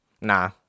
Nah